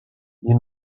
you